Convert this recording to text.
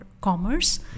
commerce